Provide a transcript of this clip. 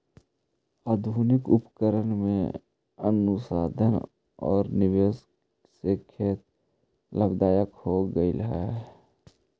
आधुनिक उपकरण में अनुसंधान औउर निवेश से खेत लाभदायक हो गेलई हे